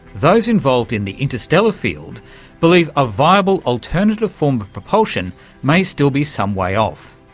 those involved in the interstellar field believe a viable alternative form of propulsion may still be some way off,